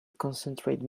concentrate